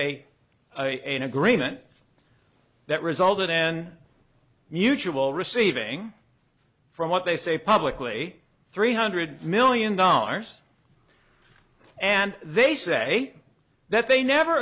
a in agreement that resulted in mutual receiving from what they say publicly three hundred million dollars and they say that they never